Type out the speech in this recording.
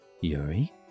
Yuri